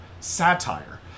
satire